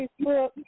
Facebook